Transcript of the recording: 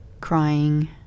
crying